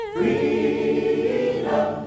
freedom